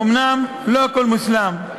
אומנם לא הכול מושלם,